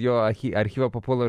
jo archy archyvą papuola